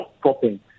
popping